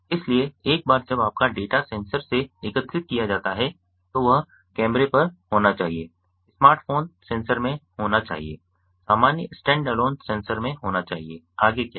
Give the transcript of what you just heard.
इसलिए एक बार जब आपका डेटा सेंसर से एकत्र किया जाता है तो वह कैमरे पर होना चाहिए स्मार्टफोन सेंसर में होना चाहिए सामान्य स्टैंडअलोन सेंसर में होना चाहिए आगे क्या है